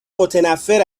متنفّر